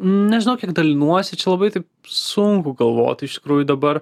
nežinau kiek dalinuosi čia labai taip sunku galvoti iš tikrųjų dabar